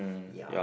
ya